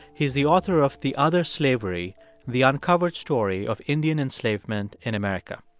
he's the author of the other slavery the uncovered story of indian enslavement in america.